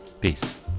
Peace